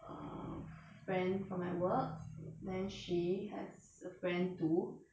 err friend from my work then she has a friend too